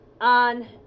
on